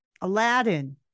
Aladdin